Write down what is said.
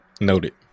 Noted